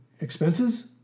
expenses